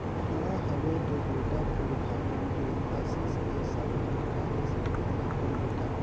हां हवे तो बेटा, पुरखा मन के असीस ले सब पुरखा के संपति हवे बेटा